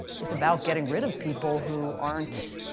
it's about getting rid of people who aren't